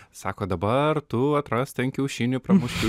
sako dabar tu atrask ten kiaušinį pramušk